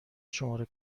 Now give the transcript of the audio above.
شماره